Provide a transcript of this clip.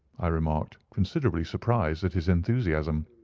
i remarked, considerably surprised at his enthusiasm.